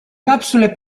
capsule